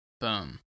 Boom